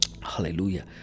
Hallelujah